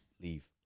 leave